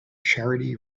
charity